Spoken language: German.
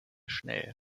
schnell